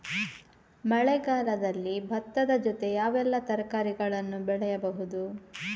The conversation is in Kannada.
ಮಳೆಗಾಲದಲ್ಲಿ ಭತ್ತದ ಜೊತೆ ಯಾವೆಲ್ಲಾ ತರಕಾರಿಗಳನ್ನು ಬೆಳೆಯಬಹುದು?